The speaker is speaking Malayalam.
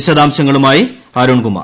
വിശദാംശങ്ങളുമായി അരുൺകുമാർ